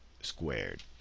squared